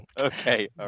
okay